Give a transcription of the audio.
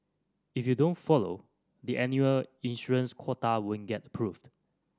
if you don't follow the annual issuance quota won't get approved